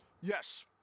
Yes